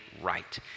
right